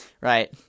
right